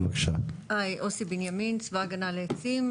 אני יו"ר צבא הגנה על עצים.